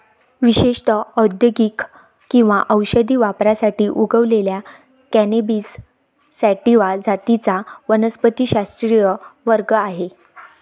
विशेषत औद्योगिक किंवा औषधी वापरासाठी उगवलेल्या कॅनॅबिस सॅटिवा जातींचा वनस्पतिशास्त्रीय वर्ग आहे